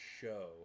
show